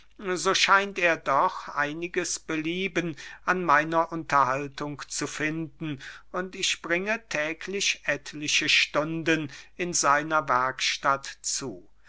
so scheint er doch einiges belieben an meiner unterhaltung zu finden und ich bringe täglich etliche stunden in seiner werkstatt zu